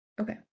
okay